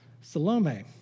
Salome